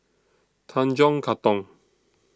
Tanjong Katong